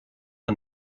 and